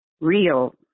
real